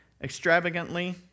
extravagantly